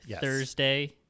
Thursday